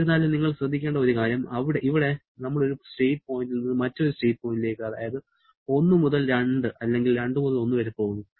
എന്നിരുന്നാലും നിങ്ങൾ ശ്രദ്ധിക്കേണ്ട ഒരു കാര്യം ഇവിടെ നമ്മൾ ഒരു സ്റ്റേറ്റ് പോയിന്റിൽ നിന്ന് മറ്റൊരു സ്റ്റേറ്റ് പോയിന്റിലേക്ക് അതായത് 1 മുതൽ 2 അല്ലെങ്കിൽ 2 മുതൽ 1 വരെ പോകുന്നു